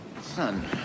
Son